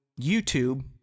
YouTube